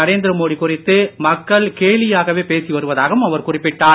நரேந்திர மோடி குறித்து மக்கள் கேளியாகவே பேசிவருவதாகவும் அவர் குறிப்பிட்டார்